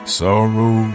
sorrow